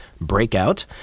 Breakout